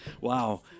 Wow